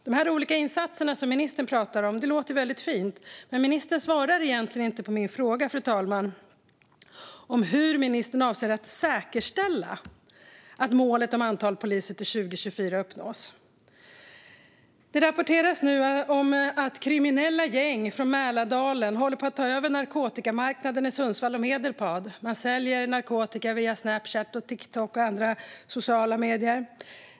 De olika insatserna som ministern pratar om låter fint, men ministern svarar egentligen inte på min fråga, fru talman, om hur ministern avser att säkerställa att målet om antalet poliser till 2024 uppnås. Det rapporteras nu att kriminella gäng från Mälardalen håller på att ta över narkotikamarknaden i Sundsvall och Medelpad. Man säljer narkotika via Snapchat och Tiktok och andra sociala medier.